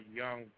young